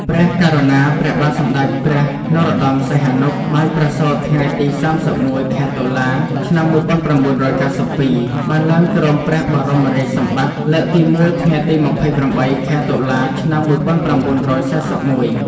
ព្រះករុណាព្រះបាទសម្ដេចព្រះនរោត្ដម សីហនុ បានប្រសូត ថ្ងៃទី៣១ ខែតុលា ឆ្នាំ១៩២២ បានឡើងគ្រងព្រះបរមរាជសម្បត្តិ លើកទី១ ថ្ងៃទី២៨ ខែតុលា ឆ្នាំ១៩៤១។